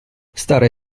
stare